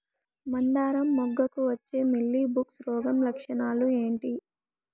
మందారం మొగ్గకు వచ్చే మీలీ బగ్స్ రోగం లక్షణాలు ఏంటి?